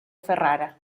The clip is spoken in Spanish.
ferrara